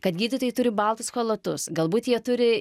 kad gydytojai turi baltus chalatus galbūt jie turi